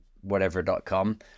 whatever.com